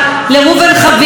לראובן חביב,